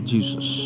Jesus